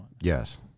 yes